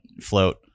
float